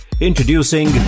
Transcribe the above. Introducing